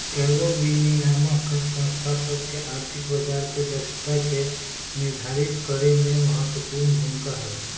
कयगो विनियामक संस्था सभ के आर्थिक बजार के दक्षता के निर्धारित करेमे महत्वपूर्ण भूमिका हइ